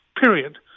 period